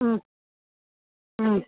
হুম হুম